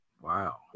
Wow